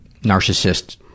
narcissist